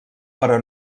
però